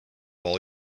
all